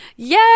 Yay